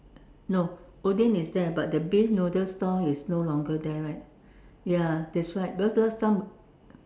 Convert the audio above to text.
no Odean is there but the beef noodle store is no longer there leh ya that's right because last time